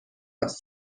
است